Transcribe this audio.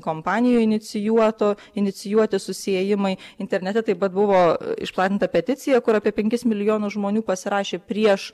kompanijų inicijuoto inicijuoti susiėjimai internete taip pat buvo išplatinta peticija kur apie penkis milijonus žmonių pasirašė prieš